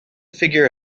figure